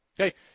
Okay